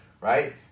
right